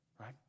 right